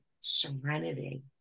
serenity